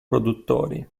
produttori